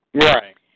Right